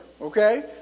okay